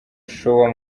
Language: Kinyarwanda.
shower